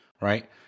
right